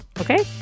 okay